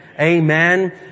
Amen